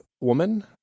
woman